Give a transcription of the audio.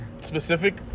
specific